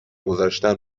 گذاشتن